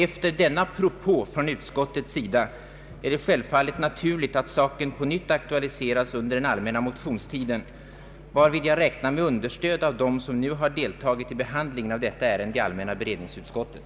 Efter denna propå från utskottets sida är det självfallet naturligt att saken på nytt aktualiseras, varvid jag räknar med stöd av dem som nu deltagit i behandlingen av detta ärende i allmänr a beredningsutskottet.